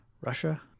Russia